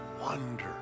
wonder